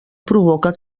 provoca